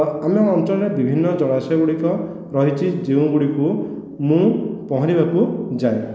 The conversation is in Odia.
ଆମ ଅଞ୍ଚଳରେ ବିଭିନ୍ନ ଜଳାଶୟ ଗୁଡ଼ିକ ରହିଛି ଯେଉଁଗୁଡ଼ିକୁ ମୁଁ ପହଁରିବାକୁ ଯାଏ